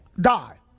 die